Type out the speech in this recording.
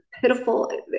pitiful